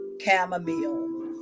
chamomile